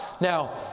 Now